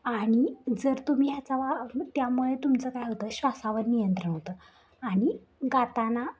आणि जर तुम्ही ह्याचा वा त्यामुळे तुमचं काय होतं श्वासावर नियंत्रण होतं आणि गाताना